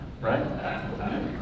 Right